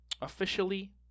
Officially